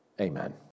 Amen